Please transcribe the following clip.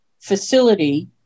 facility